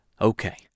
okay